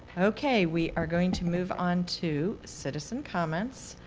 ok, we are going to move on to citizen comments.